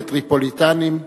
כטריפוליטנים,